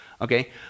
Okay